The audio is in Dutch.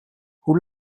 hoe